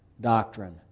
doctrine